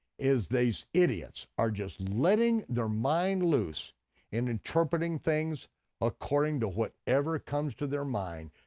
is these idiots are just letting their mind loose and interpreting things according to whatever comes to their mind,